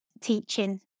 teaching